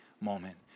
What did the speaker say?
moment